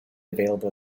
available